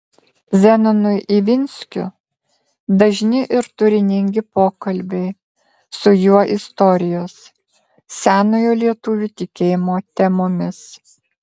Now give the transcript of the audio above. zenonui ivinskiu dažni ir turiningi pokalbiai su juo istorijos senojo lietuvių tikėjimo temomis